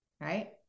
Right